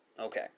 okay